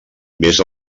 més